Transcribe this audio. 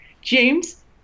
James